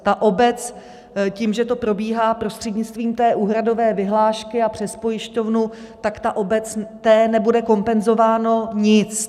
Ta obec tím, že to probíhá prostřednictvím té úhradové vyhlášky a přes pojišťovnu, tak té obci nebude kompenzováno nic.